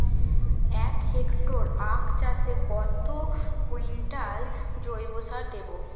এক হেক্টরে আখ চাষে কত কুইন্টাল জৈবসার দেবো?